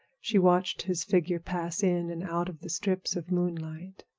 she watched his figure pass in and out of the strips of moonlight.